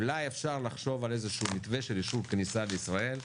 אולי אפשר לחשוב על איזה שהוא מתווה של אישור כניסה לישראל,